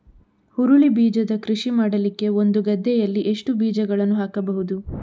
ಹುರುಳಿ ಬೀಜದ ಕೃಷಿ ಮಾಡಲಿಕ್ಕೆ ಒಂದು ಗದ್ದೆಯಲ್ಲಿ ಎಷ್ಟು ಬೀಜಗಳನ್ನು ಹಾಕಬೇಕು?